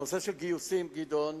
הנושא של גיוסים, גדעון,